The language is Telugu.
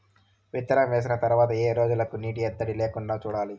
విత్తనం వేసిన తర్వాత ఏ రోజులకు నీటి ఎద్దడి లేకుండా చూడాలి?